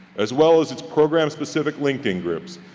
as well as its program-specific linkedin groups.